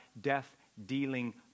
death-dealing